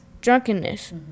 Drunkenness